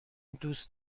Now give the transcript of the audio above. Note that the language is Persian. دوست